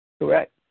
Correct